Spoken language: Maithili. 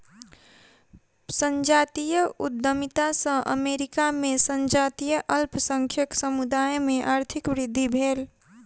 संजातीय उद्यमिता सॅ अमेरिका में संजातीय अल्पसंख्यक समुदाय में आर्थिक वृद्धि भेल